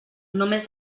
només